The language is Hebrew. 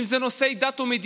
אם זה נושאי דת ומדינה,